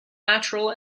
natural